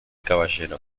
caballero